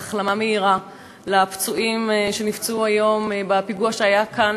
החלמה מהירה לפצועים שנפצעו היום בפיגוע שהיה כאן,